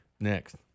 Next